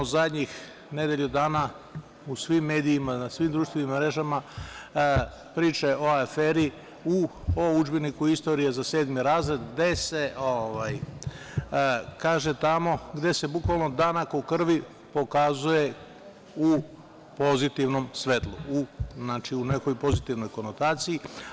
Poslednjih nedelju dana imamo u svim medijima, na svim društvenim mrežama, priče o aferi o udžbeniku istorije za sedmi razred, gde se bukvalno "Danak u krvi" prikazuje u pozitivnom svetlu, u nekoj pozitivnoj konotaciji.